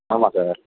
ஆமாம் சார்